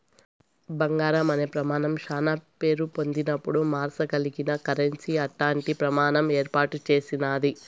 బంగారం అనే ప్రమానం శానా పేరు పొందినపుడు మార్సగలిగిన కరెన్సీ అట్టాంటి ప్రమాణం ఏర్పాటు చేసినాది